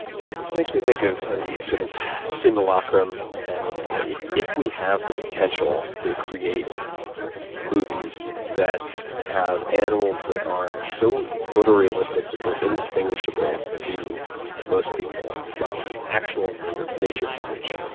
yeah. this makes me think of the sort of simulacrum. and you know if if we have the potential to create movies that have animals that are so photorealistic that they're indistinguishable, to most people, from actual nature nature footage,